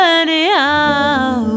anyhow